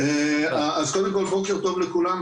אז קודם כל בוקר טוב לכולם,